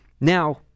now